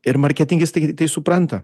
ir marketingistai tai supranta